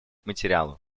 материалу